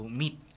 meet